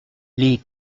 les